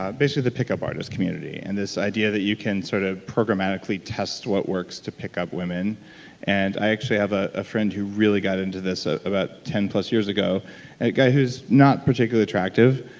ah basically the pickup artist community and this idea that you can sort of programmatically test what works to pick up women and i actually have ah a friend who really got into this ah about ten plus years ago, a guy who's not particularly attractive,